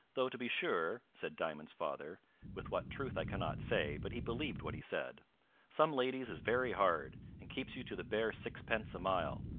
though, to be sure, said diamond's father with what truth i cannot say, but he believed what he said some ladies is very hard, and keeps you to the bare sixpence a mile,